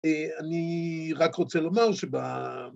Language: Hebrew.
אני רק רוצה לומר שבה...